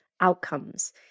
outcomes